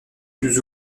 plus